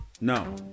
no